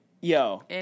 Yo